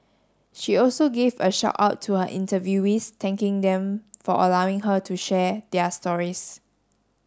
she also gave a shout out to her interviewees thanking them for allowing her to share their stories